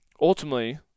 ultimately